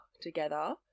together